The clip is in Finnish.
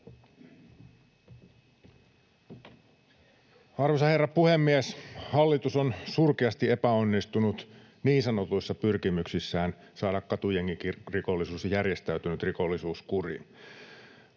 Arvoisa herra puhemies! Hallitus on surkeasti epäonnistunut niin sanotuissa pyrkimyksissään saada katujengirikollisuus ja järjestäytynyt rikollisuus kuriin.